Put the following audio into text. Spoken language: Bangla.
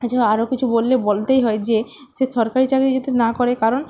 এছাড়া আরও কিছু বললে বলতেই হয় যে সে সরকারি চাকরি যদি না করে কারণ